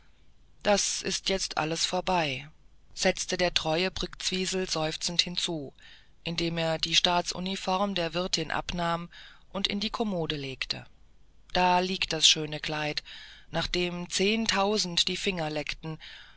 das alles ist jetzt vorbei setzte der treue brktzwisl seufzend hinzu indem er die staatsuniform der wirtin abnahm und in die kommode legte da liegt das schöne kleid nach dem zehntausend die finger leckten